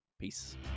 Peace